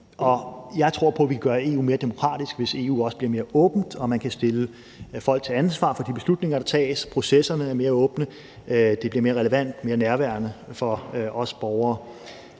Jeg tror på, vi kan gøre EU mere demokratisk, hvis EU også bliver mere åbent og man kan stille folk til ansvar for de beslutninger, der tages, og hvis processerne er mere åbne og det bliver mere relevant og mere nærværende for os borgere.